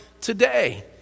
today